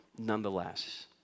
Nonetheless